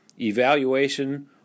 evaluation